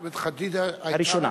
חדיג'ה היתה, הראשונה.